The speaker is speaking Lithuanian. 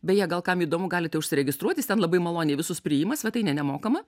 beje gal kam įdomu galite užsiregistruoti jis ten labai maloniai visus priima svetainė nemokama